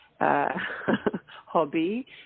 Hobby